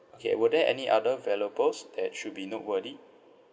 okay were there any other valuables that should be noteworthy